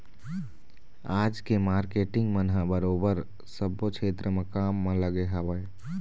आज के मारकेटिंग मन ह बरोबर सब्बो छेत्र म काम म लगे हवँय